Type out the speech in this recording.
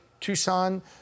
Tucson